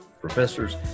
professors